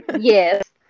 Yes